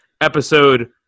episode